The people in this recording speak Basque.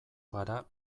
gara